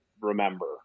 remember